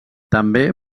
també